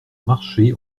marché